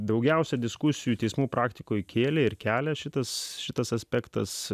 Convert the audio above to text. daugiausiai diskusijų teismų praktikoje kėlė ir kelia šitas šitas aspektas